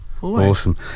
Awesome